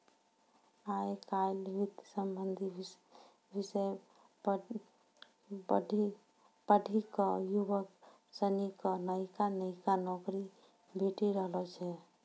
आय काइल वित्त संबंधी विषय पढ़ी क युवक सनी क नयका नयका नौकरी भेटी रहलो छै